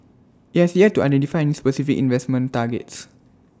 IT has yet to identify any specific investment targets